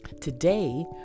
today